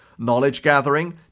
knowledge-gathering